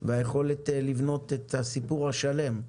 והיכולת לבנות את הסיפור השלם.